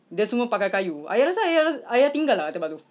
dia semua pakai kayu ayah rasa ayah ra~ ayah tinggal tak kat tempat tu